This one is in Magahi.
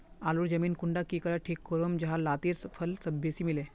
आलूर जमीन कुंडा की करे ठीक करूम जाहा लात्तिर फल बेसी मिले?